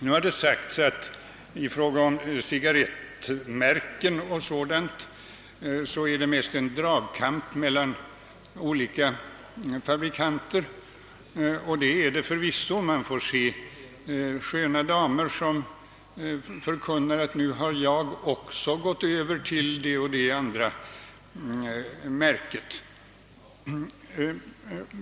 Nu har det sagts att det i fråga om cigarrettmärken och dylikt är mest en dragkamp mellan olika fabrikanter, och det är det förvisso. Man får se sköna damer som förkunnar att nu har de också gått över till det och det märket.